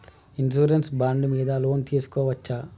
Insurance bond మీద loan తీస్కొవచ్చా?